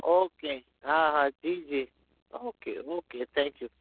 okay હા હા જી જી ઓકે ઓકે થેન્કયુ